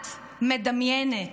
את מדמיינת.